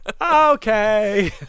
Okay